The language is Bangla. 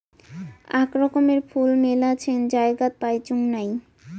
আক রকমের ফুল মেলাছেন জায়গাত পাইচুঙ নাই